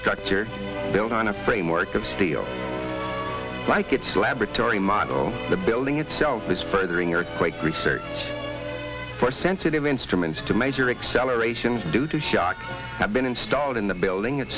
structure built on a framework of steel like it's a laboratory model the building itself is furthering your quick research for sensitive instruments to measure acceleration due to shock have been installed in the building at